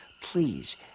please